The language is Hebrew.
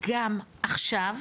גם עכשיו,